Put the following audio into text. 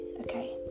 Okay